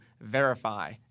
verify